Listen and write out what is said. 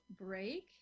break